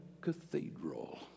cathedral